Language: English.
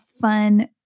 fun